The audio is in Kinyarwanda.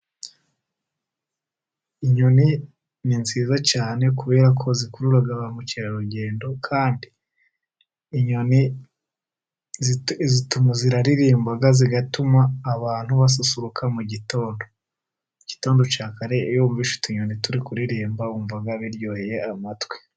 Inyoni ni nziza cyane kubera ko zikurura ba mukerarugendo, kandi inyoni ziraririmba zigatuma abantu basusuruka mu gitondo. Igitondo cya kare iyo wumvise utunyoni turi kuririmba wumva biryoheye amatwi.